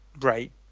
right